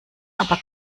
aber